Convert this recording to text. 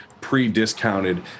pre-discounted